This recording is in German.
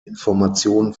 informationen